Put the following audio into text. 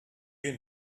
you